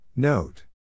Note